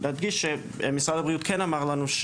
נדגיש שמשרד הבריאות כן אמר לנו,